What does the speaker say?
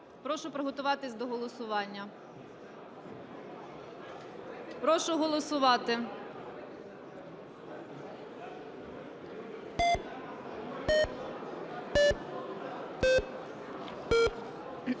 Прошу приготуватись до голосування. Прошу голосувати.